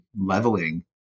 leveling